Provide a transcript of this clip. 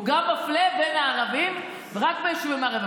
הוא גם מפלה בין הערבים, רק ביישובים הערביים.